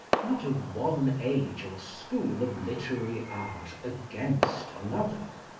not of one age or school of literary art against another,